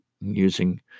using